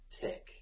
tick